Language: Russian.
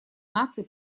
наций